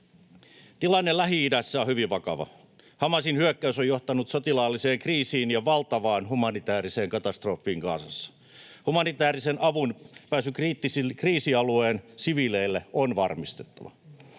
Tilanne Lähi-idässä on hyvin vakava. Hamasin hyökkäys on johtanut sotilaalliseen kriisiin ja valtavaan humanitääriseen katastrofiin Gazassa. Humanitäärisen avun pääsy kriisialueen siviileille on varmistettava.